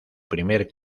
primer